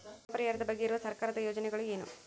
ಬರ ಪರಿಹಾರದ ಬಗ್ಗೆ ಇರುವ ಸರ್ಕಾರದ ಯೋಜನೆಗಳು ಏನು?